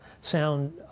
sound